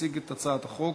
מציג את הצעת החוק